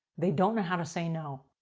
they don't know how to say no.